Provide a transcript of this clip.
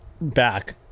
back